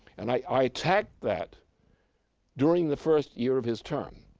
and i attacked that during the first year of his term,